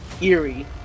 eerie